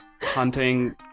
hunting